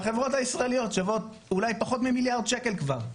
והחברות הישראליות שוות אולי פחות ממיליארד שקל כבר,